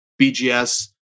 bgs